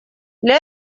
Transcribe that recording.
для